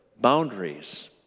boundaries